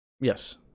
Yes